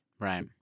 Right